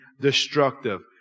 destructive